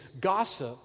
Gossip